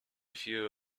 few